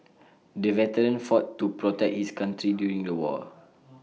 the veteran fought to protect his country during the war